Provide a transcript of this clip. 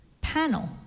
panel